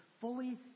fully